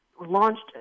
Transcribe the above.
launched